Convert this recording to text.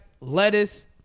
lettuce